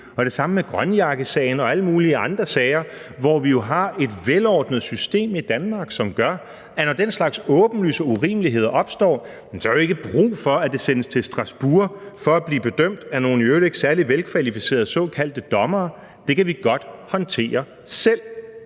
og det samme gælder for Grønjakkesagen og alle mulige andre sager, hvor vi jo har et velordnet system i Danmark, som gør, at der, når den slags åbenlyse urimeligheder opstår, jo så ikke er brug for, at det sendes til Strasbourg for at blive bedømt af nogle i øvrigt ikke særlig velkvalificerede såkaldte dommere. Det kan vi godt håndtere selv,